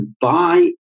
buy